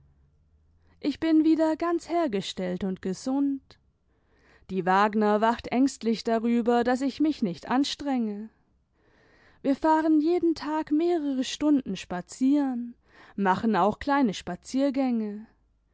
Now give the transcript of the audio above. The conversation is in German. ich bin wieder ganz hergestellt und gesund die wagner wacht ängstlich darüber daß ich mich nicht anstrenge wir fahren jeden tag mehrere stunden spazieren machen auch kleine spaziergänge